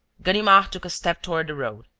ganimard took a step toward the road.